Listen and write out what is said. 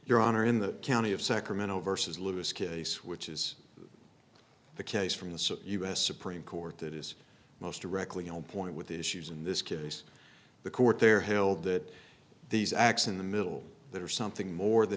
you're on your honor in the county of sacramento versus lewis case which is the case from the u s supreme court that is most directly on point with the issues in this case the court there held that these acts in the middle that are something more th